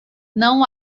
não